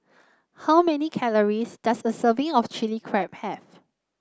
how many calories does a serving of Chili Crab have